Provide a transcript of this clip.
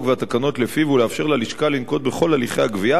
והתקנות לפיו ולאפשר ללשכה לנקוט את כל הליכי הגבייה,